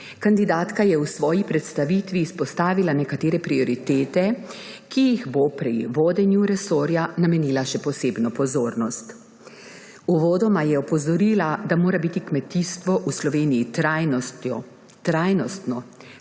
Kandidatka je v svoji predstavitvi izpostavila nekatere prioritete, ki jim bo pri vodenju resorja namenila še posebno pozornost. Uvodoma je opozorila, da mora biti kmetijstvo v Sloveniji trajnostno, s